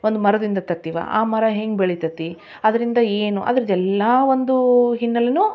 ಒಂದು ಮರದಿಂದ ತರ್ತೀವಾ ಆ ಮರ ಹೇಗ್ ಬೆಳೀತದೆ ಅದರಿಂದ ಏನು ಅದ್ರದ್ದು ಎಲ್ಲ ಒಂದು ಹಿನ್ನೆಲೆಯೂ